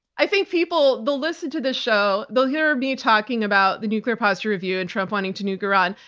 i think people, they'll listen to this show, they'll hear me talking about the nuclear posture review and trump wanting to nuke iran,